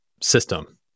system